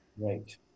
Right